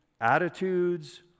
attitudes